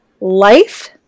life